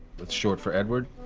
that's short for edward?